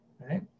right